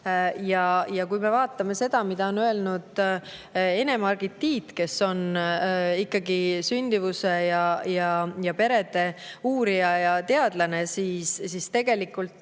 Kui me vaatame seda, mida on öelnud Ene-Margit Tiit, kes on sündimuse ja perede uurija ja teadlane, siis tegelikult